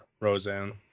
Roseanne